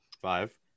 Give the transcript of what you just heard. Five